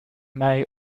may